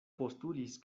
postulis